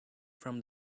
from